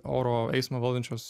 oro eismą valdančios